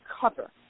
cover